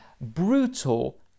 brutal